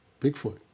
Bigfoot